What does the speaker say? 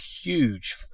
huge